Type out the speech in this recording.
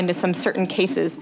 into some certain cases